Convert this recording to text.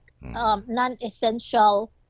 non-essential